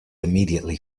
immediately